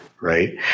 right